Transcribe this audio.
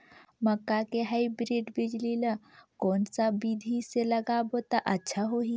मक्का के हाईब्रिड बिजली ल कोन सा बिधी ले लगाबो त अच्छा होहि?